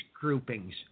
groupings